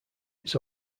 its